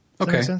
Okay